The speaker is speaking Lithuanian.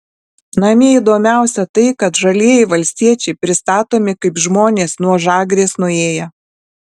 namie įdomiausia tai kad žalieji valstiečiai pristatomi kaip žmonės nuo žagrės nuėję